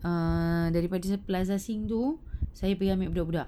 err daripada plaza sing tu saya pergi ambil budak-budak